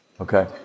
Okay